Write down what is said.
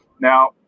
Now